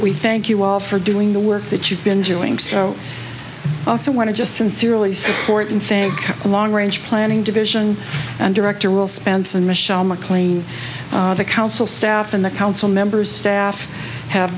we thank you all for doing the work that you've been doing so i also want to just sincerely support and think the long range planning division and director will spence and michelle mcclain the council staff and the council members staff have